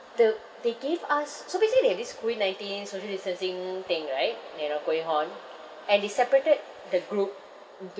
the they gave us so basically they have this COVID nineteen's social distancing thing right you know going on and they separated the group into